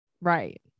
Right